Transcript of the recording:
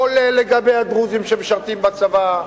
כולל לגבי הדרוזים שמשרתים בצבא,